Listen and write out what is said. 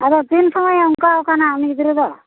ᱟᱫᱚ ᱛᱤᱱ ᱥᱩᱢᱟᱹᱭᱮ ᱚᱝᱠᱟᱣ ᱠᱟᱱᱟ ᱩᱱᱤ ᱜᱤᱫᱽᱨᱟᱹ ᱫᱚ